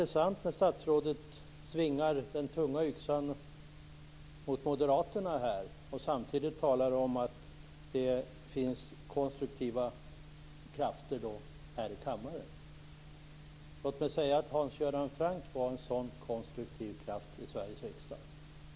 Statsrådet svingar den tunga yxan mot moderaterna och talar samtidigt om att det finns konstruktiva krafter här i kammaren. Hans Göran Franck var en sådan konstruktiv kraft i Sveriges riksdag.